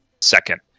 second